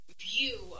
view